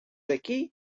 aquí